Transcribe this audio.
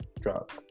drug